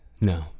No